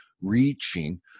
reaching